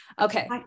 Okay